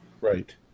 Right